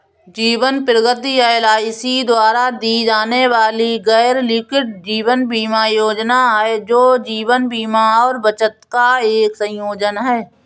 जीवन प्रगति एल.आई.सी द्वारा दी जाने वाली गैरलिंक्ड जीवन बीमा योजना है, जो जीवन बीमा और बचत का एक संयोजन है